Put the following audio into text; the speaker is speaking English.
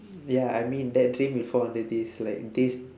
ya I mean that dream will fall under this like this